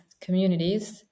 communities